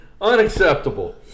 Unacceptable